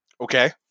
okay